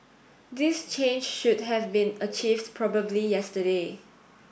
this change should have been achieved probably yesterday